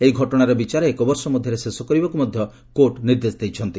ଏହି ଘଟଣାର ବିଚାର ଏକ ବର୍ଷ ମଧ୍ୟରେ ଶେଷ କରିବାକୁ ମଧ୍ୟ କୋର୍ଟ ନିର୍ଦ୍ଦେଶ ଦେଇଛନ୍ତି